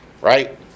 Right